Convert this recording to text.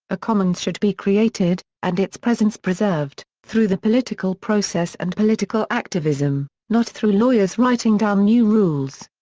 a commons should be created, and its presence preserved, through the political process and political activism, not through lawyers writing down new rules.